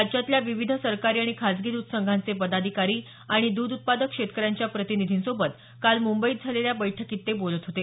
राज्यातल्या विविध सरकारी आणि खाजगी दध संघांचे पदाधिकारी आणि द्ध उत्पादक शेतकऱ्यांच्या प्रतिनिधींसोबत काल मुंबईत झालेल्या बैठकीत ते बोलत होते